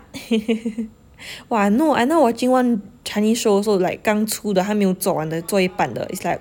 !wah! I now I now watching one chinese show also like 刚出的还没有做完的做一半的 is like